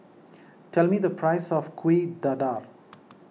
tell me the price of Kuih Dadar